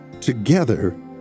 together